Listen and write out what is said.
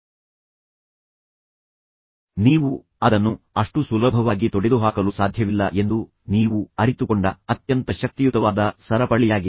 ಆದ್ದರಿಂದ ಒಂದು ವಿಷಯವು ಇನ್ನೊಂದಕ್ಕೆ ಕಾರಣವಾಗುತ್ತದೆ ಮತ್ತು ನಂತರ ನೀವು ಅದನ್ನು ಅಷ್ಟು ಸುಲಭವಾಗಿ ತೊಡೆದುಹಾಕಲು ಸಾಧ್ಯವಿಲ್ಲ ಎಂದು ನೀವು ಅರಿತುಕೊಂಡ ಅತ್ಯಂತ ಶಕ್ತಿಯುತವಾದ ಸರಪಳಿಯಾಗಿದೆ